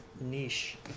niche